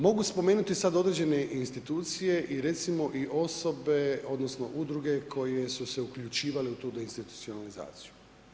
Mogu spomenuti sad određene institucije i recimo i osobe, odnosno udruge koje su se uključivale u tu deinstitucionalizaciju.